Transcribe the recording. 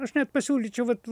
aš net pasiūlyčiau vat